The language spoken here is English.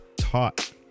taught